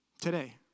today